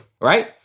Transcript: right